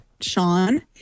Sean